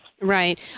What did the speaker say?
Right